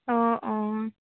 অঁ অঁ